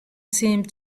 seemed